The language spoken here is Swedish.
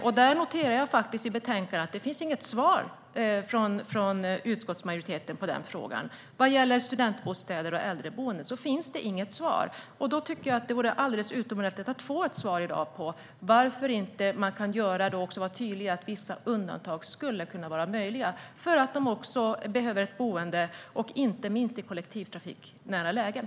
Jag noterar att det inte finns något svar i betänkandet från utskottsmajoriteten i frågan. Vad gäller studentbostäder och äldreboenden finns inget svar. Det vore alldeles utomordentligt att få ett svar i dag på varför det inte är möjligt att göra vissa undantag för boenden inte minst i kollektivtrafiknära lägen.